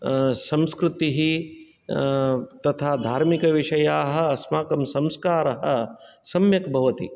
संस्कृतिः तथा धार्मिकविषयाः अस्माकं संस्कारः सम्यक् भवति